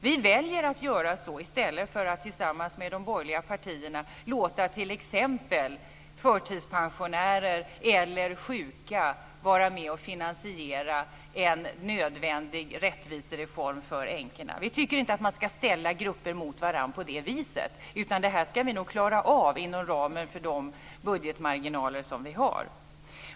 Vi väljer att göra så i stället för att tillsammans med de borgerliga partierna låta t.ex. förtidspensionärer eller sjuka vara med och finansiera en nödvändig rättvisereform för änkorna. Vi tycker inte att man ska ställa grupper mot varandra på det viset. Det här ska vi nog klara av inom ramen för de budgetmarginaler vi har.